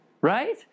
right